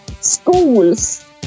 schools